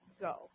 go